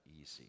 easy